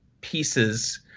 pieces